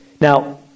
Now